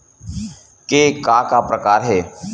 के का का प्रकार हे?